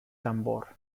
tambor